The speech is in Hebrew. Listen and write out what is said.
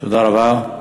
תודה רבה.